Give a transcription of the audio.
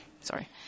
sorry